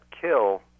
kill